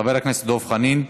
חבר הכנסת דב חנין,